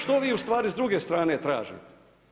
Što vi ustvari s druge strane tražite?